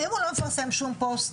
ואם הוא לא מפרסם שום פוסט?